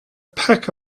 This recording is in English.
pack